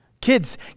Kids